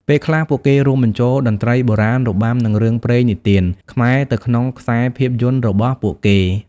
ពេលខ្លះ ពួកគេរួមបញ្ចូលតន្ត្រីបុរាណ របាំ និងរឿងព្រេងនិទានខ្មែរទៅក្នុងខ្សែភាពយន្តរបស់ពួកគេ។